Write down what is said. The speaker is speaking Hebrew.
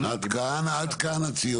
עד כאן הציונות